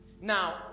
Now